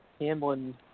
Hamlin